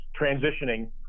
transitioning